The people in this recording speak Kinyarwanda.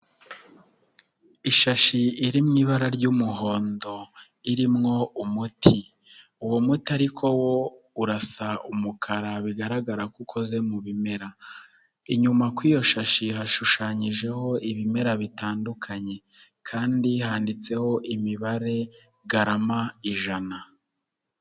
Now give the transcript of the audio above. Ishashi iri mu ibara ry'umuhondo irimo umuti, uwo muti ariko wo urasa umukara bigaragara ko ukoze mu bimera, inyuma kuri iyo shashi hashushanyijeho ibimera bitandukanye kandi handitseho imibare garama ijana.